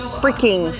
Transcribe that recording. freaking